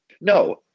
No